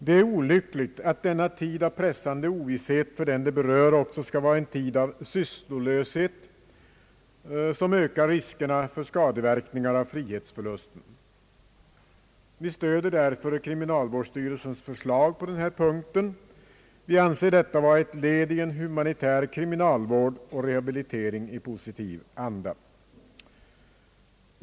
Det är olyckligt att denna tid av pressande ovisshet för den som berörs också skall vara en tid av sysslolöshet, som ökar riskerna för skadeverkningar av frihetsförlusten. Vi stöder därför kriminalvårdsstyrelsens förslag på denna punkt och anser det vara ett led i en humanitär kriminalvård och rehabilitering i positiv anda.